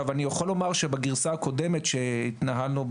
בגרסה הקודמת שהתנהלנו בה,